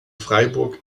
freiburg